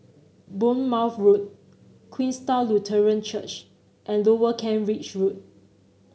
Bournemouth Road Queenstown Lutheran Church and Lower Kent Ridge Road